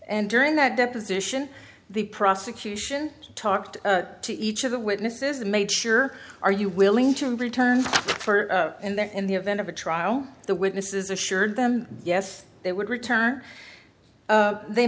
and during that deposition the prosecution talked to each of the witnesses made sure are you willing to return and that in the event of a trial the witnesses assured them yes they would return they